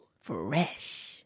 Fresh